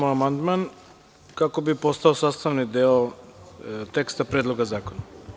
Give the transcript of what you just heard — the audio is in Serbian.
Prihvatamo amandman kako bi postao sastavni deo teksta Predloga zakona.